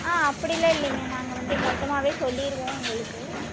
ஆ அப்படி எல்லாம் இல்லைங்க நாங்கள் வந்து மொத்தமாகவே சொல்லிருவோம் உங்களுக்கு